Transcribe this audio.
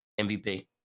MVP